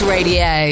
Radio